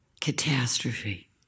catastrophe